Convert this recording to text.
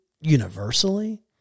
universally